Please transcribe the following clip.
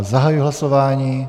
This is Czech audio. Zahajuji hlasování.